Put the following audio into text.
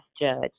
judge